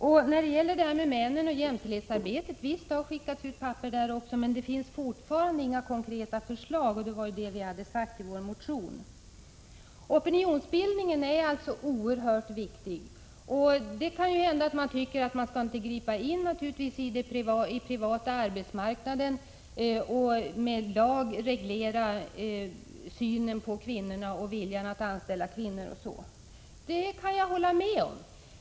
Visst har det skickats ut papper om män i jämställdhetsarbetet också, men fortfarande finns det inga konkreta förslag. Detta har vi påpekat i vår motion. Opinionsbildningen är alltså oerhört viktig. Man kan tycka att det inte går att gripa in i den privata arbetsmarknaden och med lag reglera synen på kvinnor och anställningen av kvinnor. Det kan jag hålla med om.